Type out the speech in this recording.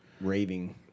raving